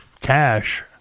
cash